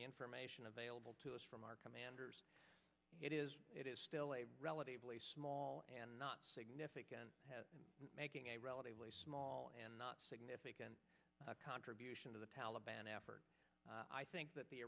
the information available to us from our commanders it is it is still a relatively small and not significant making a relatively small and not significant contribution to the taliban effort i think that the